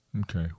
Okay